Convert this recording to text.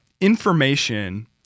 information